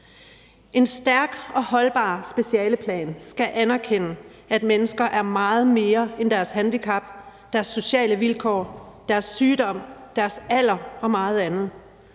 En stærk og holdbar specialeplan skal anerkende, at mennesker er meget mere end deres handicap, deres sociale vilkår, deres sygdom, deres alder og meget andet.